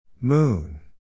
Moon